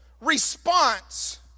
response